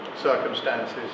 circumstances